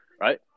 right